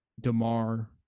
DeMar